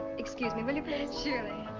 excuse me will you please? surely.